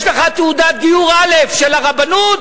יש לך תעודת גיור א' של הרבנות